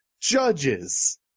Judges